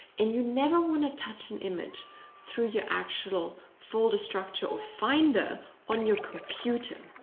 and you never want to touch an image through your actual folder structure, or finder on your computer.